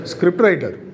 Scriptwriter